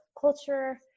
culture